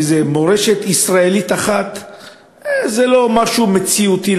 איזו מורשת ישראלית אחת זה לא משהו מציאותי.